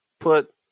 put